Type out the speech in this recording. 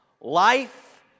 Life